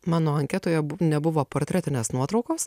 mano anketoje nebuvo portretinės nuotraukos